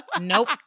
Nope